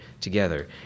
together